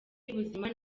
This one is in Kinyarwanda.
y’ubuzima